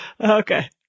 Okay